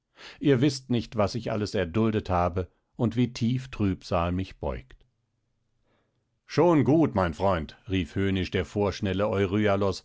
ihr wißt nicht was ich alles erduldet habe und wie tief trübsal mich beugt schon gut mein freund rief höhnisch der vorschnelle